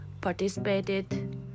participated